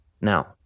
Now